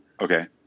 Okay